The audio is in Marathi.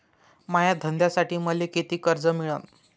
माया धंद्यासाठी मले कितीक कर्ज मिळनं?